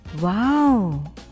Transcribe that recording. Wow